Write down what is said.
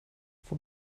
for